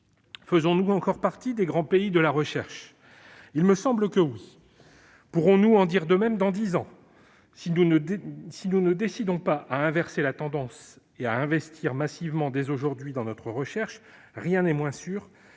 Faisons-nous encore partie des grands pays de la recherche ? Il me semble que oui. Pourrons-nous en dire de même dans dix ans ? Si nous ne nous décidons pas à inverser la tendance et à investir massivement dès aujourd'hui dans notre recherche, rien n'est moins sûr.